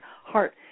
heart